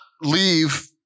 Leave